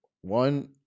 One